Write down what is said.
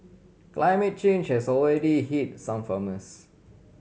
climate change has already hit some farmers